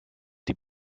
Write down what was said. die